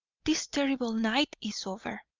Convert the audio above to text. this terrible night is over!